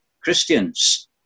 Christians